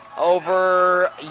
over